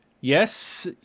Yes